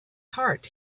heart